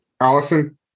Allison